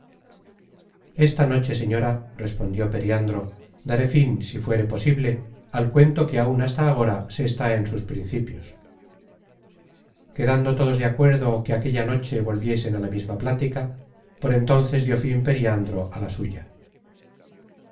esta noche señora respondió periandro daré fin si fuere posible al cuento que áun hasta agora se está en sus principios quedando todos de acuerdo que aquella noche volviesen á la misma plática por entonces dió fin periandro á la suya